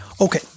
Okay